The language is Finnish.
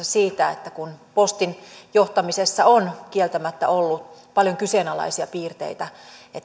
siitä kun postin johtamisessa on kieltämättä ollut paljon kyseenalaisia piirteitä